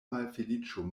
malfeliĉo